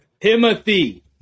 Timothy